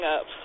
up